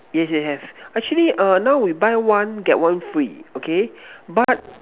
yes yes have actually err now we buy one get one free okay but